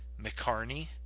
McCarney